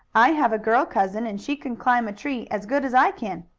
i have a girl cousin, and she can climb a tree as good as i can.